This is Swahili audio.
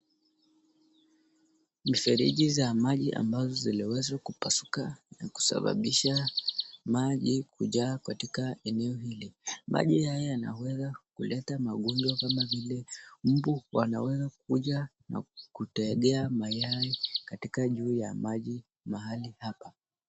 Mifereji za maji ambazo ziliwezwa kupasuka na kusababisha maji kujaa katika eneo hili, maji haya yanweza kuleta magonjwa kama vile mbu wanaweza kuja na kutegea mayai, juu ya maji mahali hapa.